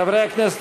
חברי הכנסת,